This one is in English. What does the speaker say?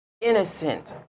innocent